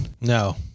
No